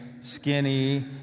skinny